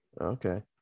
Okay